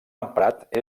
emprat